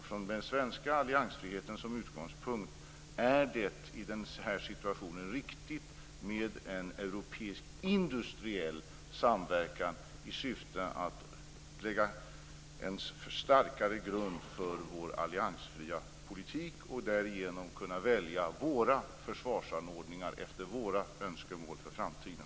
Med den svenska alliansfriheten som utgångspunkt är det i denna situation riktigt med en europeisk industriell samverkan i syfte att lägga en starkare grund för vår alliansfria politik och därigenom kunna välja våra försvarsanordningar efter våra önskemål för framtiden.